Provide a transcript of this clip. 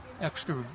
extra